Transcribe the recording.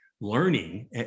learning